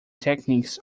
techniques